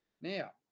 Now